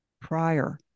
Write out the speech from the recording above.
prior